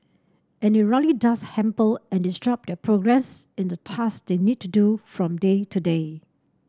and it really does hamper and disrupt their progress in the task they need to do from day to day